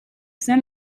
saint